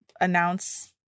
announce